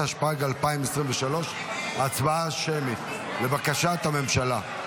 התשפ"ג 2023. הצבעה שמית, לבקשת הממשלה.